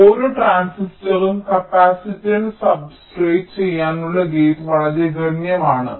അതിനാൽ ഓരോ ട്രാൻസിസ്റ്ററിനും കപ്പാസിറ്റൻസ് സബ്സ്ട്രേറ്റ് ചെയ്യാനുള്ള ഗേറ്റ് വളരെ ഗണ്യമാണ്